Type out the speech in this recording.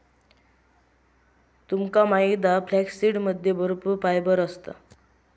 तुमका माहित हा फ्लॅक्ससीडमध्ये भरपूर फायबर असता